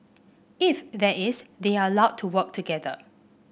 if that is they are allowed to work together